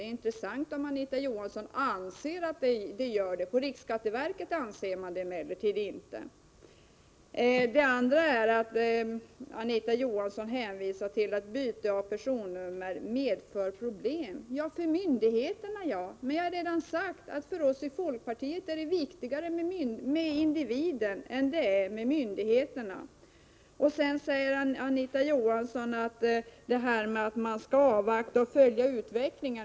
Det vore intressant att höra om Anita Johansson anser att det är möjligt. På riksskatteverket anser man det emellertid inte. Anita Johansson hänvisar också till att byte av personnummer medför Prot. 1987/88:109 problem. Ja, för myndigheterna. Men jag har redan sagt att för oss i 27 april 1988 folkpartiet är det viktigare med individen än med myndigheterna. Anita Johansson säger att man skall avvakta och följa utvecklingen.